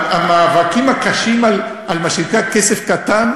מאבקים קשים על מה שנקרא כסף קטן,